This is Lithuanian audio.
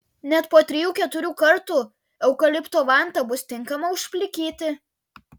net po trijų keturių kartų eukalipto vanta bus tinkama užplikyti